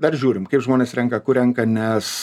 dar žiūrim kaip žmonės renka kur renka nes